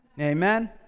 Amen